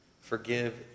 forgive